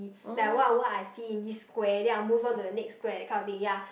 like what what I see in this square then I will move on to the next square that kind of thing ya